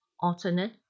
alternate